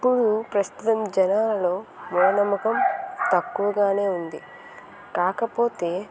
ఇప్పుడు ప్రస్తుతం జనాలలో మూఢనమ్మకం తక్కువగానే ఉంది కాకపోతే